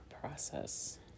process